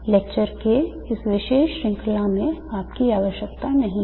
lecture की इस विशेष श्रृंखला में इसकी आवश्यकता नहीं है